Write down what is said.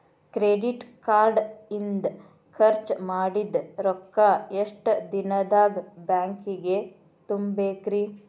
Credit card ಇಂದ್ ಖರ್ಚ್ ಮಾಡಿದ್ ರೊಕ್ಕಾ ಎಷ್ಟ ದಿನದಾಗ್ ಬ್ಯಾಂಕಿಗೆ ತುಂಬೇಕ್ರಿ?